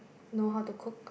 know how to cook